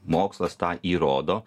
mokslas tą įrodo